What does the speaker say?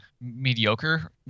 mediocre